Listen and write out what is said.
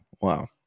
wow